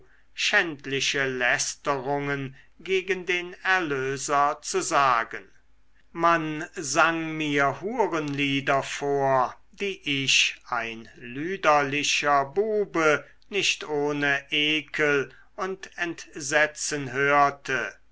schändliche lästerungen gegen den erlöser zu sagen man sang mir hurenlieder vor die ich ein lüderlicher bube nicht ohne ekel und entsetzen hörte